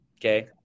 Okay